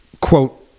quote